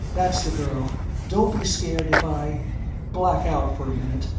that's the girl don't be scared if i black out for a minute.